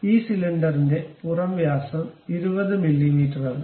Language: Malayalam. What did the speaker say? ഈ സിലിണ്ടറിന്റെ പുറം വ്യാസം 20 മില്ലീമീറ്ററാണ്